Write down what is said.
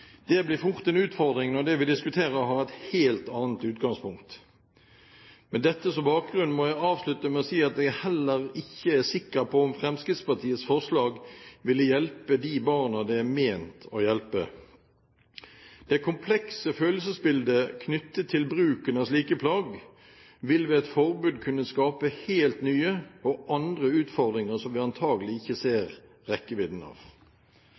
Det blir fort en utfordring når det vi diskuterer, har et helt annet utgangspunkt. Med dette som bakgrunn må jeg avslutte med å si at jeg heller ikke er sikker på om Fremskrittpartiets forslag ville hjelpe de barna det er ment å hjelpe. Det komplekse følelsesbildet knyttet til bruken av slike plagg vil ved et forbud kunne skape helt nye og andre utfordringer som vi antagelig ikke ser rekkevidden av.